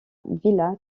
villa